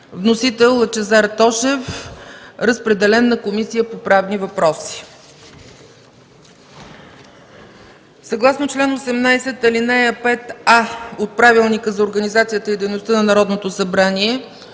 Вносител – Лъчезар Тошев. Разпределен е на Комисията по правни въпроси. Съгласно чл. 18, ал. 5а от Правилника за организацията и дейността на Народното събрание,